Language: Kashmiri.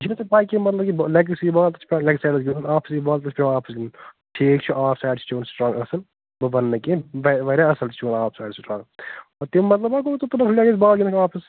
یہِ چھےٚ نَہ ژےٚ پاے کیٚنٛہہ مَطلب یہِ لٮ۪گَس ییٚیہِ بال تَتھ چھُ پٮ۪وان لٮ۪گ سایڈس گنٛدُن آفَس ییٚیہِ بال تَتھ چھُ پٮ۪وان آفَس گنٛدُن ٹھیٖک چھُ آف سایِڈ چھُ چوٗن سٕٹرانٛگ اَصٕل بہٕ وَننہٕ کیٚنٛہہ واریاہ اَصٕل چھُ چوٗن آف سایِڈ سٕٹرانٛگ تمیُک مَطلَب مَہ گوٚو ژٕ تُلَکھ لٮ۪گَس بال گِنٛدَکھ آفس